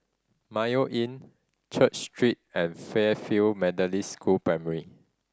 Mayo Inn Church Street and Fairfield Methodist School Primary